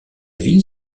ville